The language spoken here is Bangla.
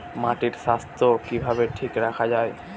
মাটির স্বাস্থ্য কিভাবে ঠিক রাখা যায়?